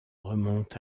remontent